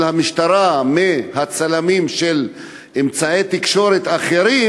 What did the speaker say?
של המשטרה מהצלמים של אמצעי תקשורת אחרים